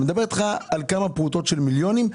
אני מדבר אתך על כמה פרוטות של מיליונים,